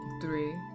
three